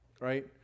right